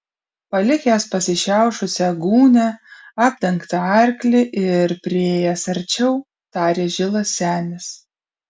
palikęs pasišiaušusią gūnią apdengtą arklį ir priėjęs arčiau tarė žilas senis